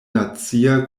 nacia